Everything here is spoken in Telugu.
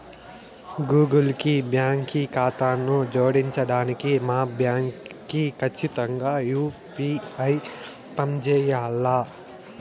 గూగుల్ కి బాంకీ కాతాను జోడించడానికి మా బాంకీ కచ్చితంగా యూ.పీ.ఐ పంజేయాల్ల